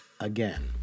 again